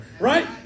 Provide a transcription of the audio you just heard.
right